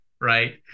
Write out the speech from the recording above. right